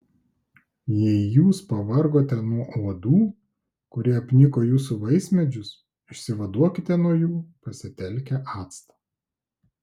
jei jūs pavargote nuo uodų kurie apniko jūsų vaismedžius išsivaduokite nuo jų pasitelkę actą